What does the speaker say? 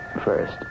first